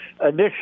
Initially